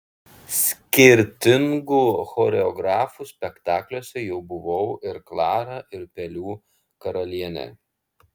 skirtingų choreografų spektakliuose jau buvau ir klara ir pelių karalienė